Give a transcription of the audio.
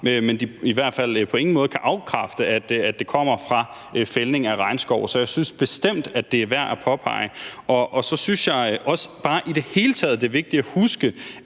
men at de i hvert fald på ingen måde kan afkræfte, at det kommer fra fældning af regnskov. Så jeg synes bestemt, det er værd at påpege. Jeg synes også, at det i det hele taget er vigtigt at huske,